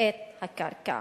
את הקרקע.